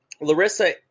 Larissa